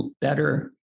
better